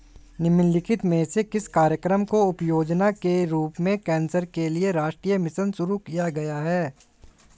निम्नलिखित में से किस कार्यक्रम को उपयोजना के रूप में कैंसर के लिए राष्ट्रीय मिशन शुरू किया गया है?